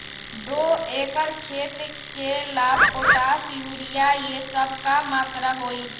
दो एकर खेत के ला पोटाश, यूरिया ये सब का मात्रा होई?